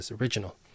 original